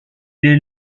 est